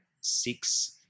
six